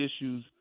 issues